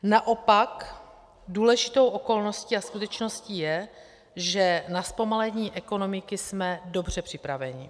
Naopak důležitou okolností a skutečností je, že na zpomalení ekonomiky jsme dobře připraveni.